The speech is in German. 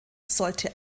sollte